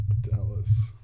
Dallas